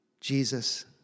Jesus